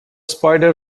spider